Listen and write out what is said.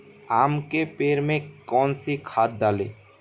आम के पेड़ में कौन सी खाद डालें?